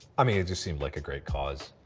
i mean, it just seemed like a great cause.